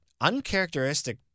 uncharacteristic